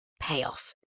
payoff